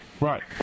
Right